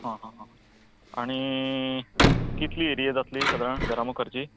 हां हां हां आनी कितली एरिया जातली साधारण घरा मुखारची